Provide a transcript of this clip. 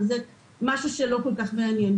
וזה משהו שלא כל כך מעניין.